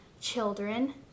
children